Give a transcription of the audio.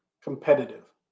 competitive